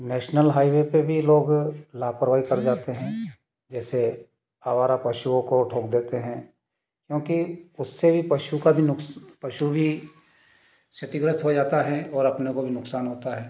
national highway पर भी लोग लापरवाही कर जाते हैं जैसे आवारा पशुओं को ठोक देते हैं क्योंकि उससे ही पशु का भी नुक पशु भी क्षतिग्रस्त हो जाता है और अपने को भी नुक़सान होता है